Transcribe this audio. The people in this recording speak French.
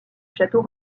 château